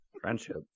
Friendship